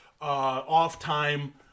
off-time